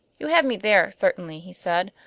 you have me there certainly, he said.